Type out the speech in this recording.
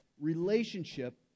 relationship